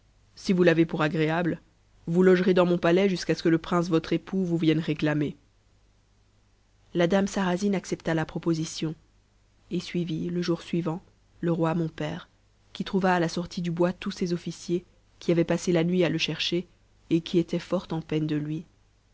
si vous l'avex pour agréable vous logerez dans mon palais jusqu'à ce que le prince votre époux vous vienne réclamer la dame sarrasine accepta la proposition et suivit le jour suivant te roi mon père qui trouva à la sortie du bois tous ses officiers qui avaient passé la nuit à le chercher et qui étaient fort en peine de lui